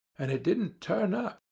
and it didn't turn up.